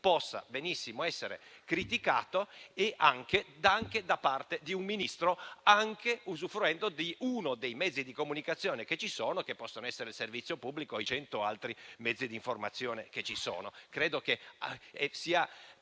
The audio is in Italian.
possa benissimo essere criticato, anche da parte di un Ministro e anche usufruendo di uno dei mezzi di comunicazione che ci sono e che possono essere il servizio pubblico o i cento altri mezzi di informazione che ci sono.